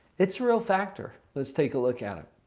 it's real factor. let's take a look at it.